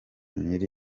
nyiri